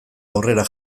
aurrera